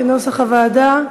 כנוסח הוועדה.